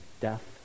death